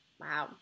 Wow